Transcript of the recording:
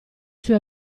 sue